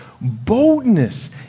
boldness